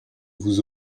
vous